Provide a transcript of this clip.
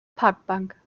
parkbank